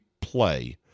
play